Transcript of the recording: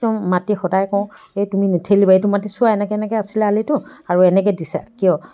তেওঁ মাতি সদায় কওঁ এই তুমি নেঠেলিবা এইটো মাটি চোৱা এনেকৈ এনেকৈ আছিলে আলিটো আৰু এনেকৈ দিছা কিয়